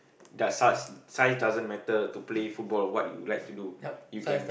they're such size doesn't matter to play football what you like to do you can